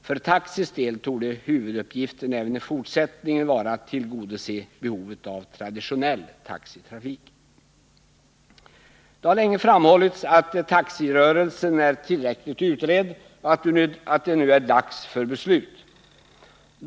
För taxis del torde huvuduppgiften även i fortsättningen vara att tillgodose behovet av traditionell taxitrafik. Det har länge framhållits att taxirörelsen är tillräckligt utredd och att det nu är dags för beslut.